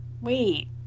wait